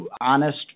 honest